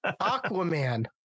Aquaman